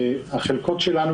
החלקות שלנו,